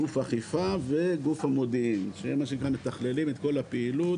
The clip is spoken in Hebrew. גוף אכיפה וגוף המודיעין שהם מתכללים את כל הפעילות